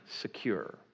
secure